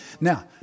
Now